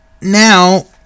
now